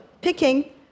Picking